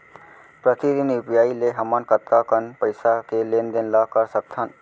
प्रतिदन यू.पी.आई ले हमन कतका कन पइसा के लेन देन ल कर सकथन?